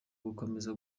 gukomeza